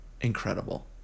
incredible